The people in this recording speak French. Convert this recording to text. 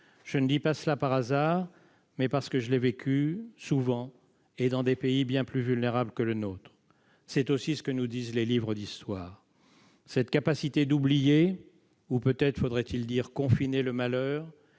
Je ne dis pas cela au hasard, mais pour l'avoir vécu, souvent, dans des pays bien plus vulnérables que le nôtre. C'est aussi ce que nous disent les livres d'histoire. Cette capacité d'oublier le malheur -peut-être faudrait-il dire « de le